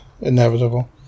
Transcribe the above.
inevitable